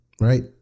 Right